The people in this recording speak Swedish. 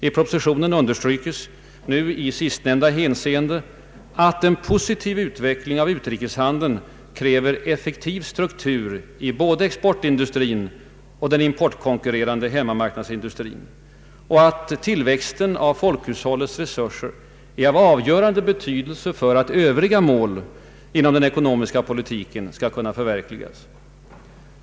I propositionen understrykes nu i sistnämnda hänseende, att en positiv utveckling av utrikeshandeln kräver en = effektiv struktur i både exportindustrin och den importkonkurrerande hemmamarknadsindustrin samt att tillväxten av folkhushållets resurser är av avgörande betydelse för att övriga mål inom den ekonomiska politiken skall kunna förverkligas.